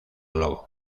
globo